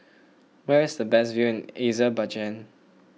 where is the best view in Azerbaijan